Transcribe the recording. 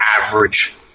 average